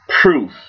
proof